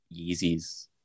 yeezys